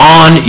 on